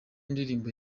indirimbo